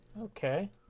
Okay